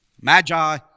Magi